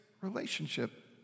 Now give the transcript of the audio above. relationship